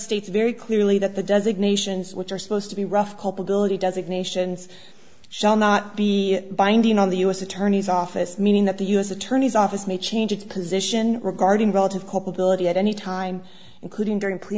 states very clearly that the designations which are supposed to be rough culpability designations shall not be binding on the u s attorney's office meaning that the u s attorney's office may change its position regarding relative culpability at any time including during p